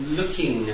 looking